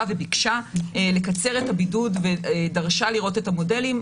וביקשה לקצר את הבידוד ודרשה לראות את המודלים.